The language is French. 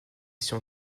sont